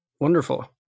Wonderful